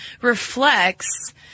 reflects